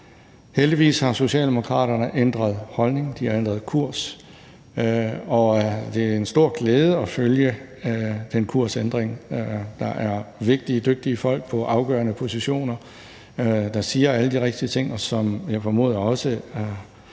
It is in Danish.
Heldigvis har Socialdemokraterne ændret holdning, de har ændret kurs, og det er en stor glæde at følge den kursændring. Der er vigtige, dygtige folk på afgørende positioner, der siger alle de rigtige ting, og som jeg formoder også ved